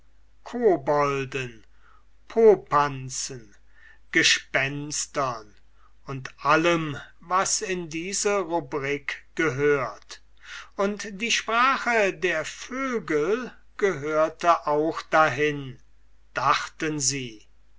kobolten popanzen gespenstern und allem was in diese rubrik gehört und die sprache der vögel gehörte auch dahin dachten sie